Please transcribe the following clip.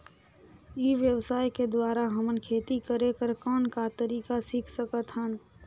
ई व्यवसाय के द्वारा हमन खेती करे कर कौन का तरीका सीख सकत हन?